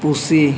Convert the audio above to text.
ᱯᱩᱥᱤ